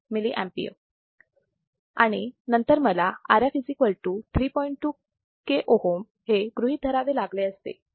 2K ohm हे गृहीत धरावे लागले असते